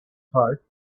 heart